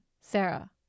Sarah